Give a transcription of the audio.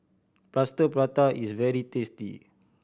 Plaster Prata is very tasty